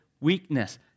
weakness